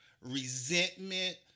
resentment